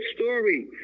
story